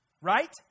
right